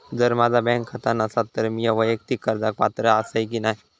जर माझा बँक खाता नसात तर मीया वैयक्तिक कर्जाक पात्र आसय की नाय?